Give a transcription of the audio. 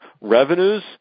revenues